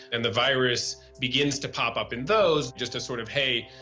and the virus begins to pop up in those, just a sort of, hey,